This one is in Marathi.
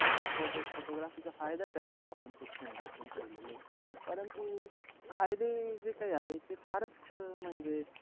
तो तर फोटो फोटोग्राफीचा फायदाच आहे की आपण ते क्षण जपून ठेवलेले परंतु फायदे जे काही आहे ते फारच म्हणजे